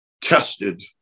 tested